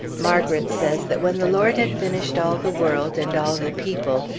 margret says that when the lord had finished all the world and all the people,